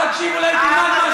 אל תטיף מוסר.